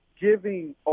giving